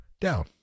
down